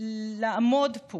לעמוד פה